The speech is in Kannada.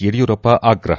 ಯಡಿಯೂರಪ್ಪ ಆಗ್ರಹ